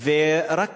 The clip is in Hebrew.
ורק